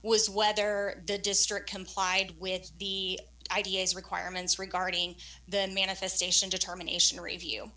was whether the district complied with the ideas requirements regarding the manifestation determination or a view